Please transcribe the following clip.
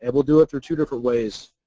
and we'll do it through two different ways,